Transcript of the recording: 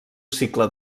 cicle